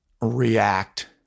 react